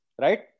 right